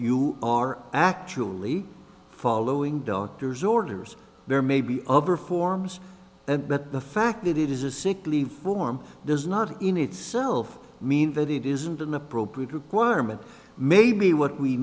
you are actually following doctor's orders there may be other forms and but the fact that it is a sick leave form does not in itself mean that it isn't an appropriate requirement maybe w